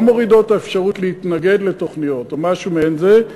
לא מורידות את האפשרות להתנגד לתוכניות או משהו מעין זה,